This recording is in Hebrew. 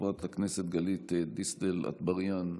חברת הכנסת גלית דיסטל אטבריאן,